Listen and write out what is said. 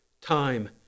time